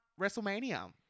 WrestleMania